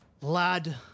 Lad